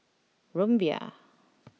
Rumbia